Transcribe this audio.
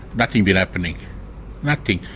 nothing been happening nothing.